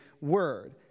word